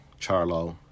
Charlo